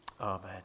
Amen